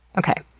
okay,